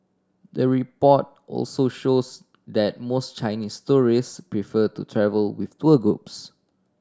the report also shows that most Chinese tourist prefer to travel with tour groups